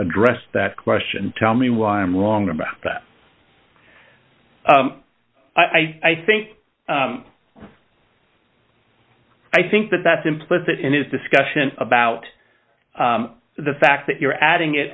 address that question tell me why i'm wrong about that i think i think that that's implicit in this discussion about the fact that you're adding it